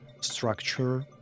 structure